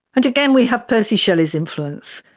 and again, we have percy shelley's influence.